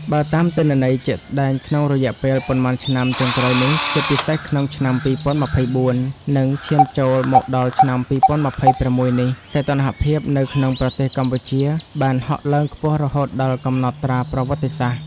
បើតាមទិន្នន័យជាក់ស្តែងក្នុងរយៈពេលប៉ុន្មានឆ្នាំចុងក្រោយនេះ ជាពិសេសក្នុងឆ្នាំ ២០២៤ និងឈានចូលមកដល់ឆ្នាំ ២០២៦ នេះ សីតុណ្ហភាពនៅក្នុងប្រទេសកម្ពុជាបានហក់ឡើងខ្ពស់រហូតដល់កំណត់ត្រាប្រវត្តិសាស្ត្រ។